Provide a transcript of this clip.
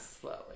Slowly